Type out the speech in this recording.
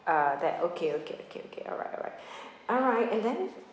uh that okay okay okay okay alright alright alright and then